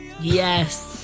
Yes